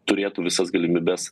turėtų visas galimybes